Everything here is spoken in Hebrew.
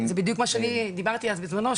זה בדיוק מה שאני דיברתי עליו אז בזמנו.